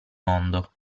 mondo